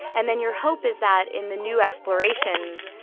and then your hope is that, in the new explorations,